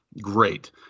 Great